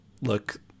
look